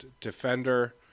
defender